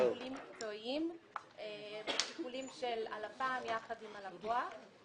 לפי שיקולים מקצועיים של לפ"ם יחד עם הלקוח.